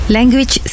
Language